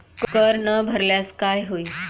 कर न भरल्यास काय होईल?